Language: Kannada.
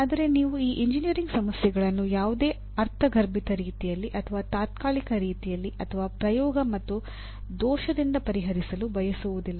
ಆದರೆ ನೀವು ಈ ಎಂಜಿನಿಯರಿಂಗ್ ಸಮಸ್ಯೆಗಳನ್ನು ಯಾವುದೇ ಅರ್ಥಗರ್ಭಿತ ರೀತಿಯಲ್ಲಿ ಅಥವಾ ತಾತ್ಕಾಲಿಕ ರೀತಿಯಲ್ಲಿ ಅಥವಾ ಪ್ರಯೋಗ ಮತ್ತು ದೋಷದಿಂದ ಪರಿಹರಿಸಲು ಬಯಸುವುದಿಲ್ಲ